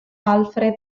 alfred